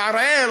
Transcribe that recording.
מערער